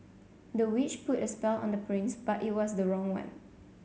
the witch put a spell on the prince but it was the wrong one